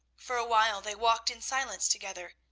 for a while they walked in silence together,